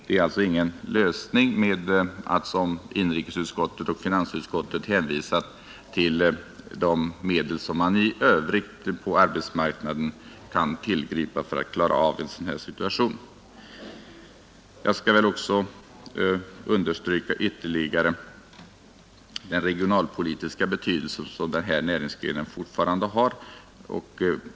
Det är alltså inte någon lösning att — som inrikesutskottet och finansutskottet gör — hänvisa till de medel som man i övrigt på arbetsmarknaden kan tillgripa för att klara en sådan här situation. Jag skall väl också ytterligare understryka den regionalpolitiska betydelse som näringsgrenen fortfarande har.